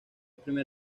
primer